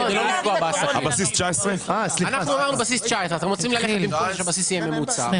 אנחנו אמרנו בסיס 2019. אם אתם רוצים לקבוע שהבסיס יהיה ממוצע,